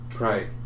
Right